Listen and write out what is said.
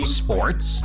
sports